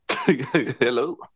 Hello